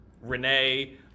renee